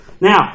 Now